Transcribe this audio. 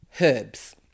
herbs